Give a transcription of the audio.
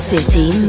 City